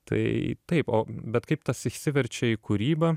tai taip o bet kaip tas išsiverčia į kūrybą